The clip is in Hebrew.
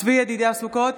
צבי ידידיה סוכות,